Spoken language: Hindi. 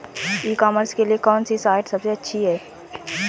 ई कॉमर्स के लिए कौनसी साइट सबसे अच्छी है?